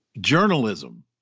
journalism